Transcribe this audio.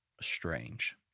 strange